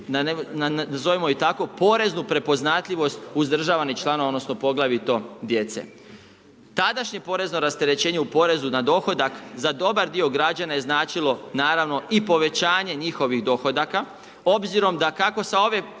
poreznu prepoznatljivost uzdržavanih članova odnosno poglavito djece. Tadašnje porezno rasterećenje u porezu na dohodak za dobar dio građana je značilo naravno i povećanje njihovih dohodaka obzirom da kako sa ove govornice i